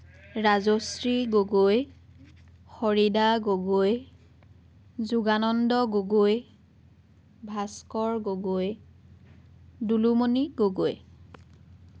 Rajashree Gogoi Harida Gogoi Jogananda Gogoi Bhaskar Gogoi Dulumoni Gogoi